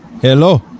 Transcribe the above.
Hello